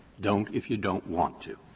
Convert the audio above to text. don't if you don't want to,